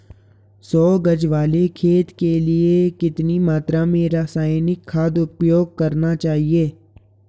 सौ गज वाले खेत के लिए कितनी मात्रा में रासायनिक खाद उपयोग करना चाहिए?